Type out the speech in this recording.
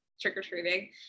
trick-or-treating